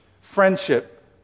friendship